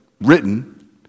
written